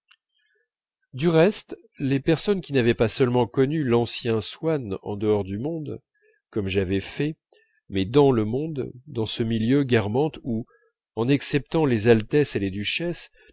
du reste les personnes qui n'avaient pas seulement connu l'ancien swann en dehors du monde comme j'avais fait mais dans le monde dans ce milieu guermantes où en exceptant les altesses et les duchesses